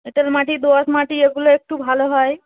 এঁটেল মাটি দোআঁশ মাটি এগুলো একটু ভালো হয়